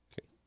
Okay